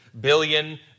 billion